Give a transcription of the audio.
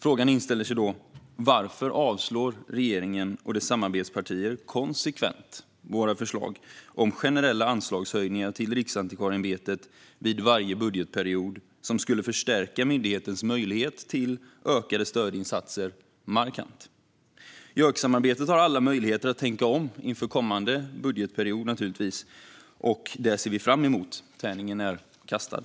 Då inställer sig frågan: Varför avslår regeringen och dess samarbetspartier konsekvent våra förslag om generella anslagshöjningar till Riksantikvarieämbetet vid varje budgetperiod, vilka markant skulle förstärka myndighetens möjlighet till ökade stödinsatser? JÖK-samarbetet har givetvis alla möjligheter att tänka om inför kommande budgetperiod, och det ser vi fram emot. Tärningen är kastad.